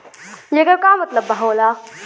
येकर का मतलब होला?